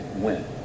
win